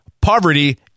Poverty